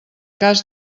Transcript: cas